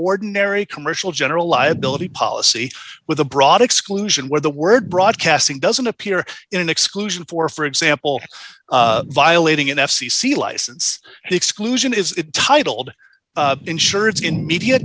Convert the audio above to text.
ordinary commercial general liability policy with a broad exclusion where the word broadcasting doesn't appear in an exclusion for for example violating f c c license exclusion is it titled insurance in media